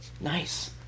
Nice